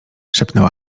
szepnęła